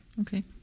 okay